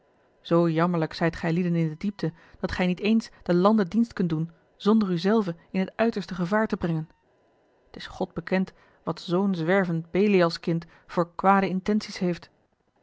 zoo jammerlijk zijt gijlieden in de diepte dat gij niet eens den lande dienst kunt doen zonder u zelven in het uiterste gevaar te brengen t is god bekend wat z'n zwervend belialskind voor kwade intenties heeft